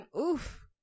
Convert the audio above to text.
Oof